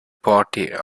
party